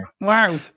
Wow